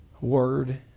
word